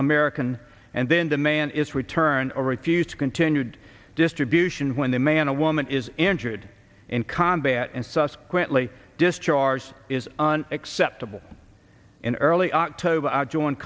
american and then demand is returned or refused continued distribution when the man or woman is injured in combat and subsequently discharged is on acceptable in early october join